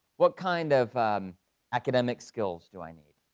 what kind of academic skills do i need?